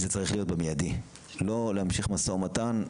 זה צריך להיות במיידי, לא להמשיך משא ומתן.